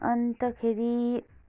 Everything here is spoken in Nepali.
अन्तखेरि